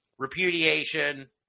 repudiation